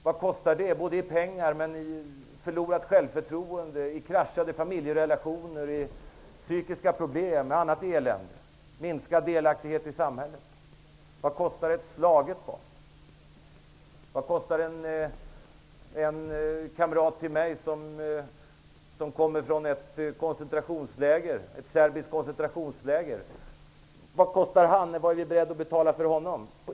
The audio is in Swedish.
Vad kostar det i pengar och i förlorat självförtroende, kraschade familjerelationer, psykiska problem, minskad delaktighet i samhället och annat elände? Vad kostar ett slaget barn? Vad kostar den kamrat till mig som kommer från ett serbiskt koncentrationsläger? Vad är vi beredda att betala för honom?